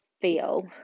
feel